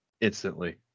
instantly